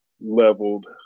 leveled